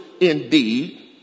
indeed